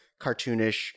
cartoonish